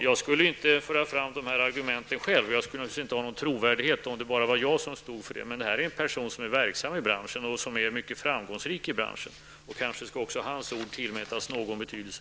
Jag skulle inte föra fram de argumenten själv, och jag skulle naturligtvis inte ha någon trovärdighet om det bara var jag som stod för de synpunkterna. Men det här är en person som är verksam i branschen och som är mycket framgångsrik. Kanske skall också hans ord tillmätas någon betydelse.